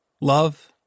love